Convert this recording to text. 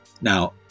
Now